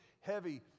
heavy